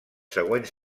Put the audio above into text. següents